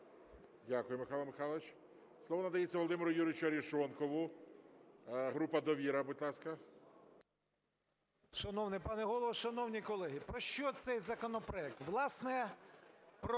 Дякую, Михайло Михайлович. Слово надається Володимиру Юрійовичу Арешонкову, група "Довіра", будь ласка. 13:42:10 АРЕШОНКОВ В.Ю. Шановний пане Голово, шановні колеги, про що цей законопроект? Власне, про